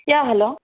yeah hello